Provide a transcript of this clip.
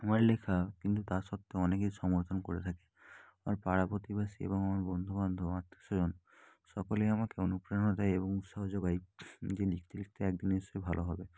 আমারই লেখা কিন্তু তা সত্ত্বেও অনেকে সমর্থন করে থাকে আমার পাড়া প্রতিবেশী এবং আমার বন্ধুবান্ধব আমার আত্মীয় স্বজন সকলেই আমাকে অনুপ্রেরণা দেয় এবং উৎসাহ জোগায় যে লিখতে লিখতে একদিন নিশ্চয়ই ভালো হবে